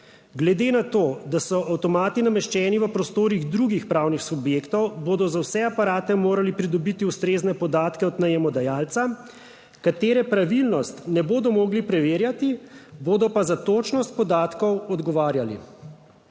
Glede na to, da so avtomati nameščeni v prostorih drugih pravnih subjektov, bodo za vse aparate morali pridobiti ustrezne podatke od najemodajalca, katere pravilnost ne bodo mogli preverjati, bodo pa za točnost podatkov odgovarjali.